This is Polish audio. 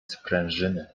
sprężyny